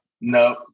No